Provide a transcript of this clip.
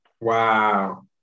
Wow